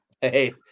Hey